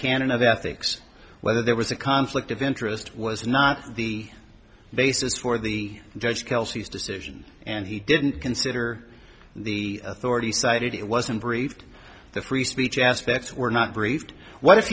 canon of ethics whether there was a conflict of interest was not the basis for the judge kelsey's decision and he didn't consider the authority cited it wasn't briefed the free speech aspects were not briefed what if